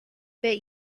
bet